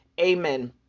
Amen